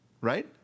right